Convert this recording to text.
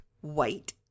White